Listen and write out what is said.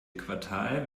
quartal